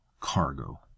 Cargo